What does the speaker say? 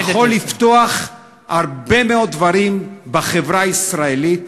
זה יכול לפתוח הרבה מאוד דברים בחברה הישראלית,